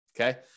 okay